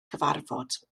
cyfarfod